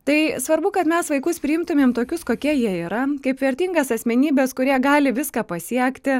tai svarbu kad mes vaikus priimtumėm tokius kokie jie yra kaip vertingas asmenybes kurie gali viską pasiekti